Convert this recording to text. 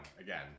again